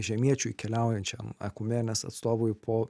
žemiečiui keliaujančiam akumenės atstovui po